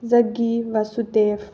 ꯖꯒꯤ ꯕꯥꯁꯨꯗꯦꯕ